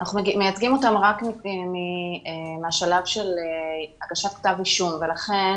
אנחנו מייצגים אותם רק מהשלב של הגשת כתב אישום ולכן